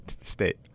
state